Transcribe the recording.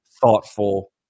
thoughtful